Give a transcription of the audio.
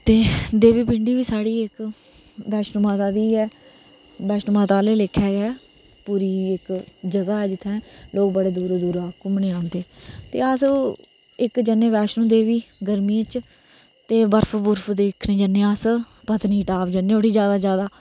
ते देवी पिंडी बी साढ़ी इक वैष्णो माता दी गै इक वैश्णो माता आह्ले लेखा गै पूरी इक जगह ऐ जित्थै लोक बड़े दूरा दूरा घूमनेगी औंदे ते अस इक जन्ने वैश्णो देवी गर्मियें च ते बर्फ दिक्खने गी जन्ने आं अस पतनीटाप जन्ने उठी ज्यादा कोला ज्यादा